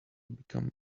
become